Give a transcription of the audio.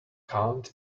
can’t